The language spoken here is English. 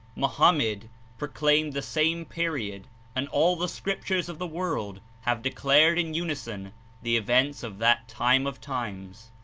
mahomet proclaimed the same period and all the scriptures of the world have declared in unison the events of that time of times.